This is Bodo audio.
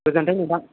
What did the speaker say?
गोजोनथों नोंथां